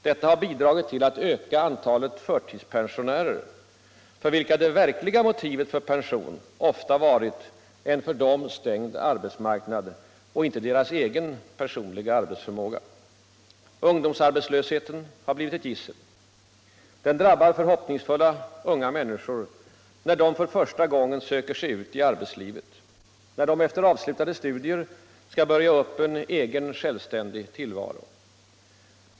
Detta har bidragit till att öka antalet förtidspensionärer, för vilka det verkliga motivet för pension ofta varit en för dem stängd arbetsmarknad och inte deras egen personliga arbetsförmåga. Ungdomsarbetslösheten har blivit ett gissel. Den drabbar förhoppningsfulla unga människor, när de för första gången söker sig ut i arbetslivet, när de efter avslutade studier skall börja bygga upp en egen självständig tillvaro.